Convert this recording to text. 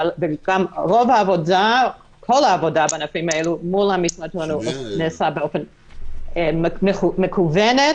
וכל העבודה בענפים האלה מול המשרד שלנו נעשתה באופן מקוון.